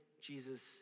Jesus